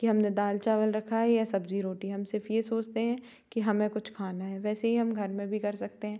कि हम ने दाल चावल रखा है या सब्ज़ी रोटी हम सिर्फ़ ये सोचते हैं कि हमें कुछ खाना है वैसे ही हम घर में भी कर सकते हैं